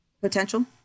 potential